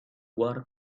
war